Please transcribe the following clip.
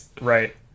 right